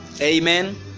amen